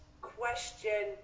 question